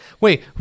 Wait